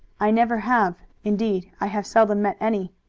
i never have. indeed i have seldom met any.